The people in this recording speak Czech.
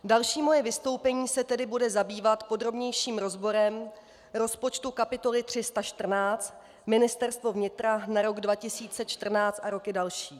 Další moje vystoupení se tedy bude zabývat podrobnějším rozborem rozpočtu kapitoly 314 Ministerstvo vnitra na rok 2014 a roky další.